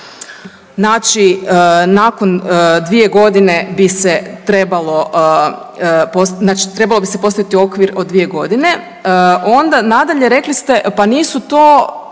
Znači nakon dvije godine bi se trebalo, znači trebalo bi se postaviti okvir od dvije godine. Onda nadalje rekli ste pa nisu to